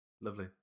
Lovely